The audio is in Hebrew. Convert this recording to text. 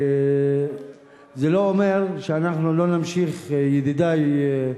זה לא אומר שאנחנו לא נמשיך, ידידי,